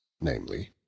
namely